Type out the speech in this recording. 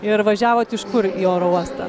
ir važiavot iš kur į oro uostą